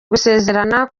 gusezerana